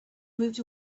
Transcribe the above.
moved